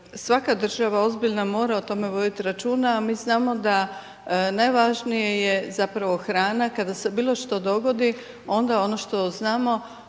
svaka država ozbiljna mora o tome voditi računa, a mi znamo da najvažnije je zapravo hrana, kada se bilo što dogodi, onda ono što znamo,